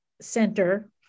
Center